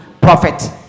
prophet